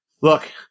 Look